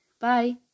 bye